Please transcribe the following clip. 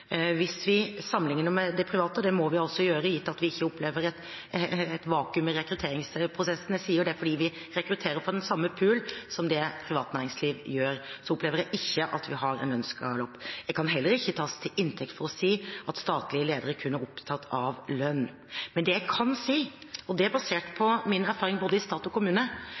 Hvis vi sammenlikner med det private, og det må vi gjøre gitt at vi ikke opplever å være i et vakuum i rekrutteringsprosessene – jeg sier det fordi vi rekrutterer fra den samme pool som det private næringsliv gjør – opplever jeg ikke at vi har en lønnsgalopp. Jeg kan heller ikke tas til inntekt for å si at statlige ledere kun er opptatt av lønn. Men det jeg kan si, og det er basert på min erfaring i både stat og kommune,